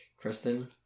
kristen